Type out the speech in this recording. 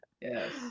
Yes